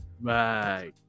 Right